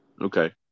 Okay